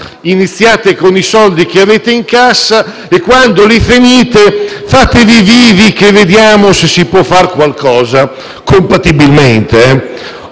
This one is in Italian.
«iniziate con i soldi che avete in cassa e quando li finite, fatevi vivi, che vediamo se si può far qualcosa»: compatibilmente,